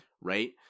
Right